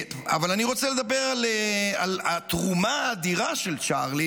אבל אני רוצה לדבר על התרומה האדירה של צ'רלי